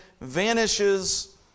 vanishes